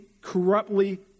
corruptly